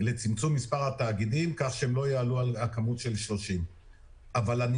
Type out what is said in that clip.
לצמצום מספר התאגידים כך שלא יעלה על 30. אבל אני